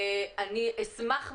אני אשמח מאוד,